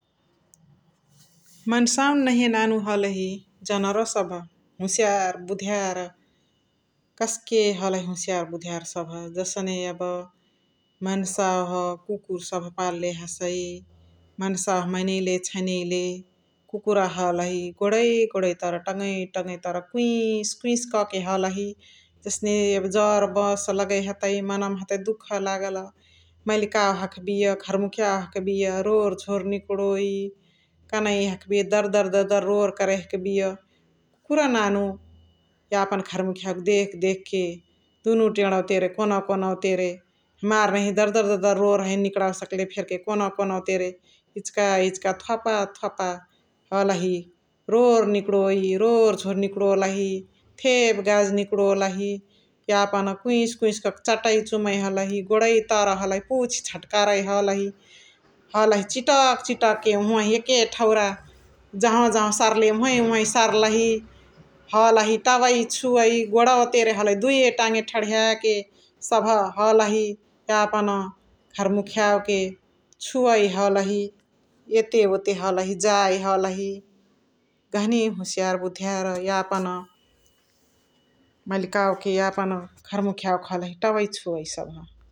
मन्सावान नानु नहिय हलही जनावरसभ होसियार बुधियार कस्के हलही होसियार बुधियार सबह । जसने यबा मन्सावाह कुकुर सभ पल्ले हसै मन्सावान मनियैले छनैले कुकुरा हलही गोडै गोडै तर तङवै तङवै तर कुइस कुइस कके हलही । जस्ने एबे जर बस लगइ हतइ मनवमा हतइ दुख लागल । मलिकावा हखबिय घर्मुखियावा हखबिय तोर झोर निकणोइ । कनइ हखबिय दर दर रोर निकणोइ हखबिय । कुकुरा नानु यापन घरमुखियावके देख देखके दुनु तेणवा तेने कोनवा कोनवा तेने हमार नहिया दर दर रोर हैने निकणावे सकले फेरी कोनवा तेने इचिका इचिका थोपा थोपा हलही रोर निकणोइ । रोर झोर निकणोलही । थेप गाज निकणोलही यापन कुइस कुइस कके चतइ चुमइ हलही । गोणवा तर हलही पुछ झाटकारइ हलही चितकी चितकी ओहावाही हलही एके ठाउँरा । जहाँवा जहाँवा सर्ले ओहावाही ओहावाही सर्लाही हलही तवइ छुवइ । यापन घर्मुखियावके छुवइ हलही । एते वते हलही जाइ गहनी होसियार बुधियार हलही यापन मलिकावके तवइ छुवइ ।